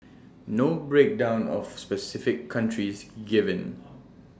no breakdown of specific countries given